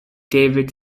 david